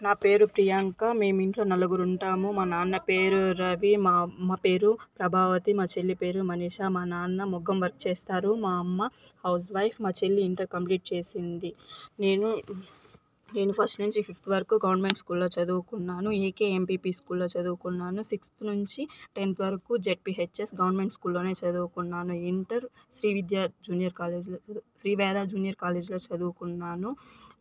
నా పేరు ప్రియాంక మేము ఇంట్లో నలుగురు ఉంటాము మా నాన్న పేరు రవి మా అమ్మ పేరు ప్రభావతి మా చెల్లి పేరు మనిషా మా నాన్న మగ్గం వర్క్ చేస్తారు మా అమ్మ హౌస్ వైఫ్ మా చెల్లి ఇంటర్ కంప్లీట్ చేసింది నేను నేను ఫస్ట్ నుంచి ఫిఫ్త్ వరకు గవర్నమెంట్ స్కూల్లో చదువుకున్నాను ఈకే ఎంపీపీ స్కూల్లో చదువుకున్నాను సిక్స్త్ నుంచి టెన్త్ వరకు జెడ్పిహెచ్ఎస్ గవర్నమెంట్ స్కూల్లోనే చదువుకున్నాను inter Sri Vidya junior college చదువు శ్రీ వేద జూనియర్ కాలేజీలో చదువుకున్నాను